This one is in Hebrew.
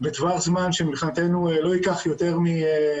בטווח זמן שמבחינתנו לא ייקח יותר משעה,